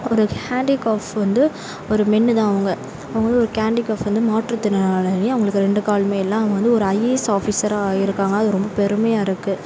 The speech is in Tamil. ஒரு ஹேண்டிகேஃப் வந்து ஒரு மென்னுதான் அவங்க அவங்க வந்து ஒரு கேண்டிகேஃப் வந்து மாற்றுத்திறனாளி அவங்களுக்கு ரெண்டு காலுமே இல்லை அவங்க வந்து ஐஏஎஸ் ஆஃபீஸராக ஆகிருக்காங்க அது ரொம்ப பெருமையாக இருக்குது